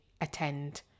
attend